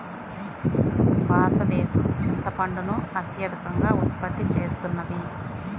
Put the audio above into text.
భారతదేశం చింతపండును అత్యధికంగా ఉత్పత్తి చేస్తున్నది